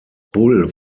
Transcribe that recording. bull